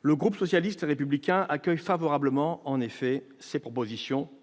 Le groupe socialiste et républicain accueille favorablement, en effet, les propositions de loi